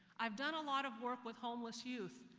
i've done a lot of work with homeless youth,